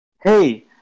Hey